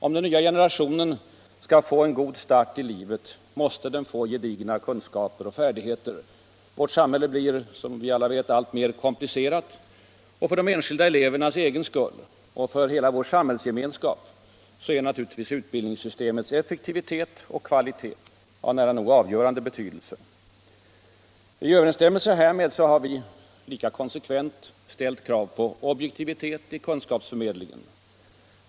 Om den nya generationen skall få en god start i livet måste den den få gedigna kunskaper och färdigheter. Vårt samhälle blir som vi alla vet alltmer komplicerat, och för de enskilda elevernas egen skull och för hela vår samhällsgemenskap är naturligtvis utbildningssystemets effektivitet och kvalitet av nära nog avgörande betydelse. I överensstämmelse härmed har vi lika konsekvent ställt kravet på objektivitet i kunskapsförmedlingen.